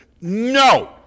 no